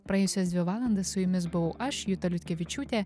praėjusias dvi valandas su jumis buvau aš juta liutkevičiūtė